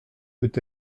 peut